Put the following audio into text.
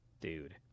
Dude